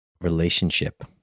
relationship